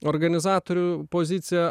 organizatorių pozicija